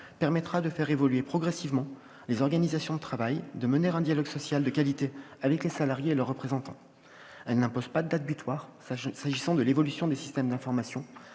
permettra de faire évoluer progressivement les organisations de travail et de mener un dialogue social de qualité avec les salariés et leurs représentants. Elle n'impose pas de date butoir s'agissant de l'évolution des systèmes d'information.